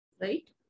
Right